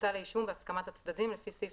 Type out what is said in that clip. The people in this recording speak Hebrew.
בוטל האישום בהסכמת הצדדים לפי סעיף